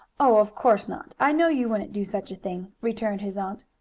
oh, of course not! i know you wouldn't do such a thing, returned his aunt.